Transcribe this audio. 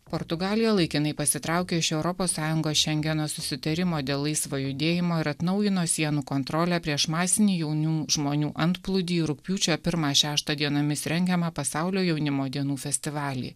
portugalija laikinai pasitraukė iš europos sąjungos šengeno susitarimo dėl laisvo judėjimo ir atnaujino sienų kontrolę prieš masinį jaunų žmonių antplūdį rugpjūčio pirmą šeštą dienomis rengiamą pasaulio jaunimo dienų festivalį